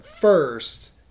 first